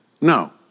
No